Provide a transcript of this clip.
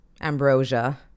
ambrosia